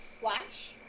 Flash